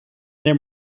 their